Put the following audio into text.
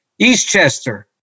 Eastchester